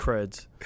creds